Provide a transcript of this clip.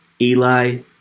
Eli